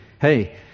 hey